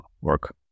work